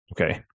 okay